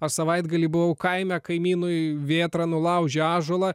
ar savaitgalį buvau kaime kaimynui vėtra nulaužė ąžuolą